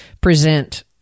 present